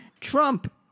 Trump